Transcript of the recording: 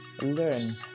learn